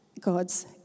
God's